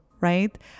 right